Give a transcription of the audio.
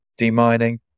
Demining